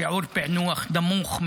שיעור פענוח נמוך,